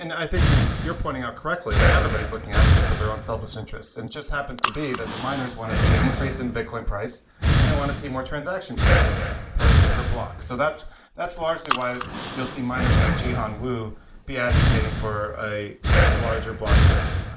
and i think you're you're pointing out correctly that everybody is looking out for their own selfish interests and it just happens to be that the miners want to see an increase in bitcoin price and they want to see more transaction fees per per block. so that's that's largely why you'll see miners like jihan wu be advocating for a larger block size.